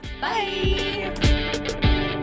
Bye